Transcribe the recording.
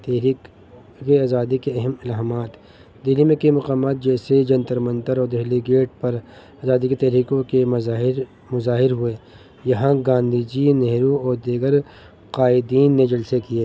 تحریک یہ آزادی کے اہم الحامات دلی میں کٮٔی مقامات جیسے جنتر منتر اور دہلی گیٹ پر آزادی کے تحریکوں کے مظاہر مظاہر ہوئے یہاں گاندھی جی نہرو اور دیگر قائدین نے جلسے کیے